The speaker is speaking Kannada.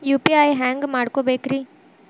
ಯು.ಪಿ.ಐ ಹ್ಯಾಂಗ ಮಾಡ್ಕೊಬೇಕ್ರಿ?